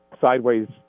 sideways